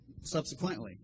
subsequently